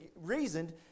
reasoned